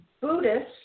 Buddhist